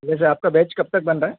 वैसे आपका बैच कब तक बन रहा है